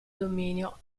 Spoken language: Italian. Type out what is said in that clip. dominio